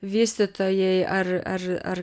vystytojai ar ar ar